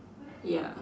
ya